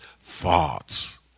thoughts